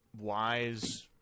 wise